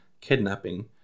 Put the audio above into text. kidnapping